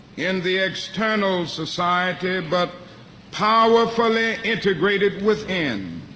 in the external society, but powerfully integrated within.